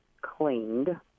cleaned